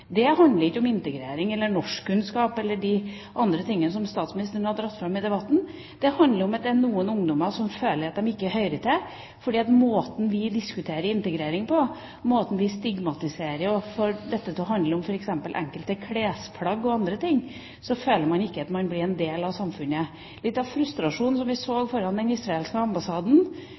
Det handler ikke om integrering, norskkunnskaper eller de andre tingene som statsministeren har dratt fram i debatten. Det handler om at det er noen ungdommer som føler at de ikke hører til, fordi måten vi diskuterer integrering på, måten vi stigmatiserer på og får dette til å handle om f.eks. enkelte klesplagg og andre ting, gjør at man føler at man ikke er en del av samfunnet. Litt av frustrasjonen som vi så under demonstrasjonen foran den israelske ambassaden,